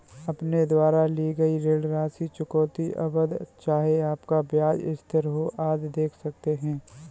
अपने द्वारा ली गई ऋण राशि, चुकौती अवधि, चाहे आपका ब्याज स्थिर हो, आदि देख सकते हैं